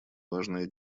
важная